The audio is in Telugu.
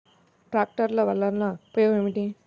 ట్రాక్టర్ల వల్ల ఉపయోగం ఏమిటీ?